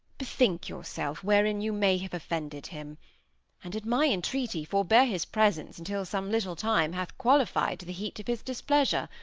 bethink yourself wherein you may have offended him and at my entreaty forbear his presence until some little time hath qualified the heat of his displeasure,